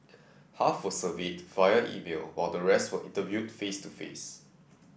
half were surveyed via email while the rest were interviewed face to face